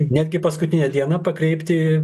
netgi paskutinę dieną pakreipti